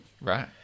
Right